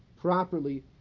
properly